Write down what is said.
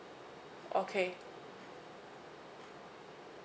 okay